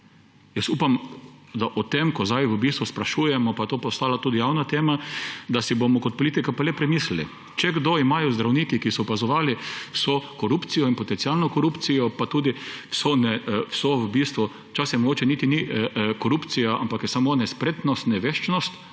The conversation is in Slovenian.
Jaz upam, da o tem, ko zdaj v bistvu sprašujemo, pa je to postala tudi javna tema, da si bomo kot politika pa le premislili. Če kdo, imajo zdravniki, ki so opazovali vso korupcijo in potencialno korupcijo, včasih mogoče niti ni korupcija, ampak je samo nespretnost, neveščost